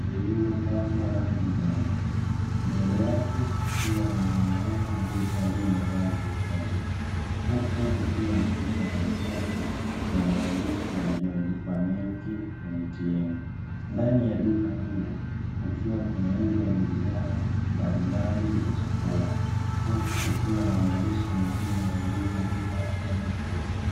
lililopakwa rangi nyeupe, mbele kukiwa na mwanaume aliyevalia mavazi nadhifu, huku kukiwa na picha ya mtoto na maandishi yaliyoandikwa [milk ATM], ndani ya duka hilo kukiwa kunauzwa bidhaa mbalimbali za chakula. Huku kukiwa na maandishi mengine yaliyoandikwa 'MPESA'.